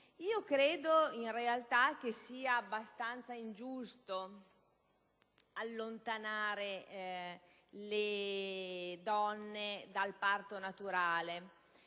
rischi. In realtà, credo sia abbastanza ingiusto allontanare le donne dal parto naturale